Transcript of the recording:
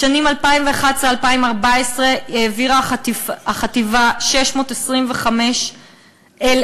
בשנים 2011 2014 העבירה החטיבה 625,000